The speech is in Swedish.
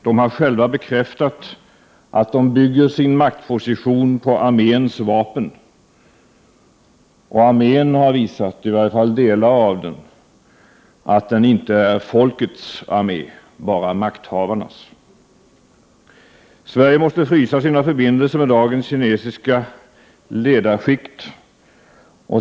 De har själva bekräftat att de bygger sin maktposition på arméns vapen. Armén har visat, i varje fall delar av den, att den inte är folkets armé, bara makthavarnas. Sverige måste frysa sina förbindelser med dagens kinesiska ledarskikt.